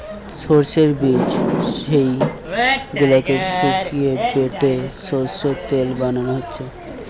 সোর্সের বীজ যেই গুলাকে শুকিয়ে বেটে সোর্সের তেল বানানা হচ্ছে